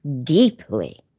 deeply